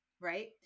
right